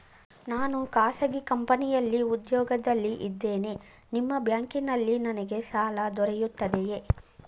ನಾನು ಖಾಸಗಿ ಕಂಪನಿಯಲ್ಲಿ ಉದ್ಯೋಗದಲ್ಲಿ ಇದ್ದೇನೆ ನಿಮ್ಮ ಬ್ಯಾಂಕಿನಲ್ಲಿ ನನಗೆ ಸಾಲ ದೊರೆಯುತ್ತದೆಯೇ?